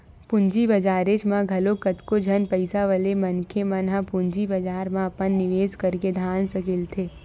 पूंजी बजारेच म घलो कतको झन पइसा वाले मनखे मन ह पूंजी बजार म अपन निवेस करके धन सकेलथे